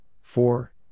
four